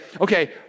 okay